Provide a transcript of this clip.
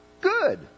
Good